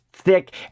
thick